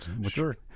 sure